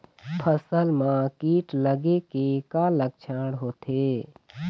फसल म कीट लगे के का लक्षण होथे?